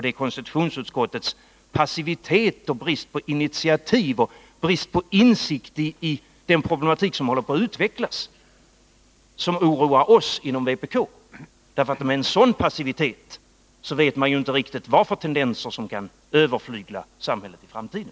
Det är konstitutionsutskottets passivitet, brist på initiativ och brist på insikt i den problematik som håller på att utvecklas som oroar oss inom vpk, för med en sådan passivitet vet man ju inte riktigt vilka tendenser som kan drabba samhället i framtiden.